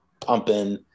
pumping